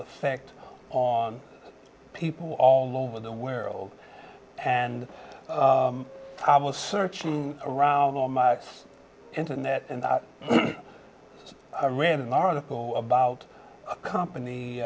effect on people all over the world and i was searching around the internet and i read an article about a company